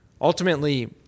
Ultimately